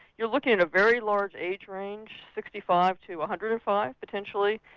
you are looking at a very large age range sixty five to one hundred and five potentially,